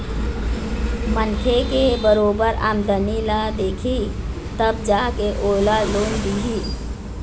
मनखे के बरोबर आमदनी ल देखही तब जा के ओला लोन दिही